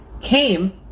came